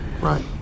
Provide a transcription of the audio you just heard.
right